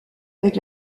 avec